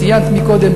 ציינת קודם,